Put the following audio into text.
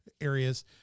areas